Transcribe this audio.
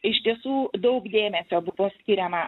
iš tiesų daug dėmesio buvo skiriama